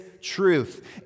truth